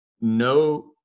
no